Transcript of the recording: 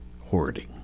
Hoarding